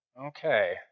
Okay